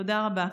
תודה רבה.